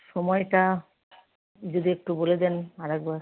সময়টা যদি একটু বলে দেন আরেকবার